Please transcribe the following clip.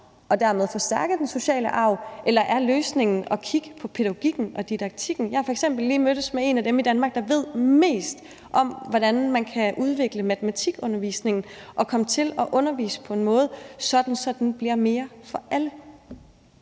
man dermed forstærker den sociale arv, eller er løsningen at kigge på pædagogikken og didaktikken? Jeg har f.eks. lige mødtes med en af dem i Danmark, der ved mest om, hvordan man kan udvikle matematikundervisningen og komme til at undervise på en måde, sådan at den bliver mere for alle.